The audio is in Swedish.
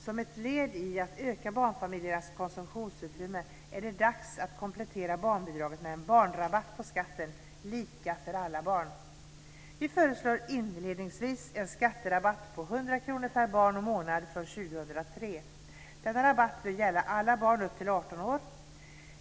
Som ett led i att öka barnfamiljernas konsumtionsutrymme är det dags att komplettera barnbidraget med en barnrabatt på skatten, lika för alla barn. Vi föreslår inledningsvis en skatterabatt på 100 kr per barn och månad från 2003. Denna rabatt bör gälla alla barn upp till 18 år.